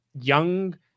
young